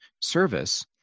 service